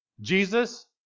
Jesus